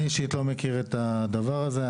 אני אישית לא מכיר את הדבר הזה,